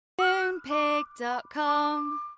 Moonpig.com